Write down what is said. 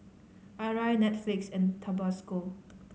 Arai Netflix and Tabasco